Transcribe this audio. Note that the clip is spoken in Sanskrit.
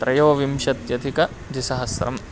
त्रयोविंशत्यधिकद्विसहस्रम्